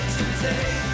today